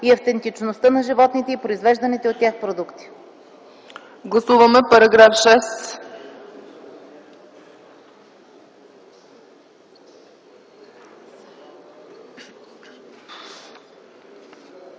и автентичността на животните и произвежданите от тях продукти.”